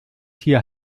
hier